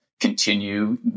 continue